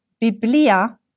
biblia